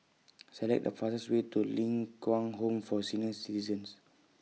Select The fastest Way to Ling Kwang Home For Senior Citizens